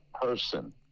person